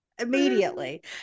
immediately